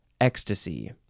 ecstasy